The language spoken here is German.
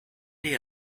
die